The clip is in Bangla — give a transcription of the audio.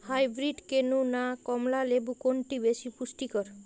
হাইব্রীড কেনু না কমলা লেবু কোনটি বেশি পুষ্টিকর?